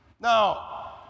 Now